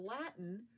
Latin